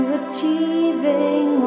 achieving